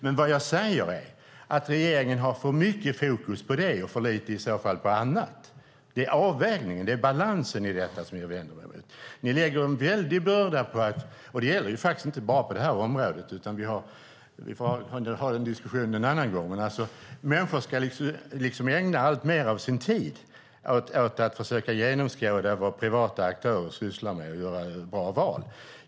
Men vad jag säger är att regeringen har för mycket fokus på det och för lite på annat. Det är avvägningen och balansen i detta som jag vänder mig mot. Ni lägger en väldig börda på människor. Det gäller inte bara på det här området. Vi får ha den diskussionen en annan gång, men människor ska liksom ägna alltmer av sin tid åt att försöka genomskåda vad privata aktörer sysslar med och göra bra val.